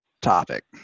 topic